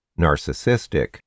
narcissistic